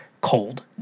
cold